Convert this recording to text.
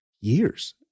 years